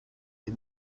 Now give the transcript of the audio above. des